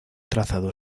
trazado